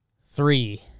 Three